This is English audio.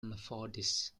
methodist